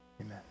amen